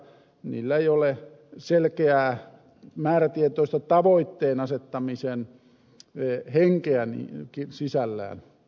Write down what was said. niillä ei ole selkeää määrätietoista tavoitteen asettamisen henkeä sisällään